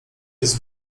jest